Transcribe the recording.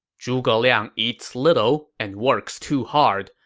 zhuge liang eats little and works too hard.